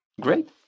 great